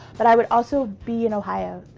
but i would also be in ohio.